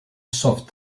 soft